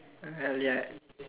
uh ya